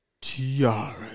Tiara